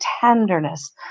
tenderness